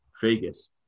vegas